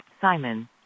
Simon